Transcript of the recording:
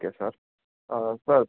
okay sir sir